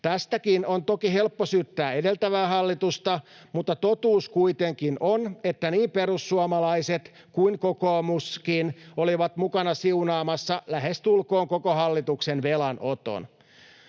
Tästäkin on toki helppo syyttää edeltävää hallitusta, mutta totuus kuitenkin on, että niin perussuomalaiset kuin kokoomuskin olivat mukana siunaamassa lähestulkoon koko hallituksen velanoton.